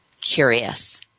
curious